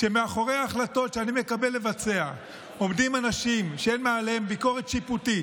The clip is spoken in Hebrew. שמאחורי החלטות שאני מקבל עומדים אנשים שאין מעליהם ביקורת שיפוטית,